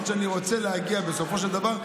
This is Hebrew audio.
שאני רוצה להגיע אליהן בסופו של דבר,